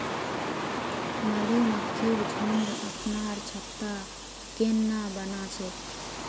मधुमक्खिर झुंड अपनार छत्ता केन न बना छेक